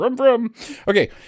Okay